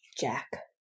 Jack